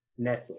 Netflix